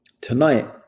Tonight